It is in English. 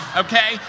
okay